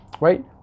right